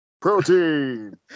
Protein